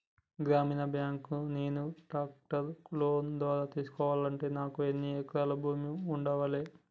గ్రామీణ బ్యాంక్ లో నేను ట్రాక్టర్ను లోన్ ద్వారా తీసుకోవాలంటే నాకు ఎన్ని ఎకరాల భూమి ఉండాలే?